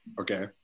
Okay